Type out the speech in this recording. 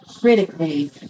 critically